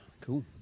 cool